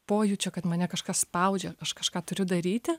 pojūčio kad mane kažkas spaudžia aš kažką turiu daryti